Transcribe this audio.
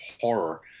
horror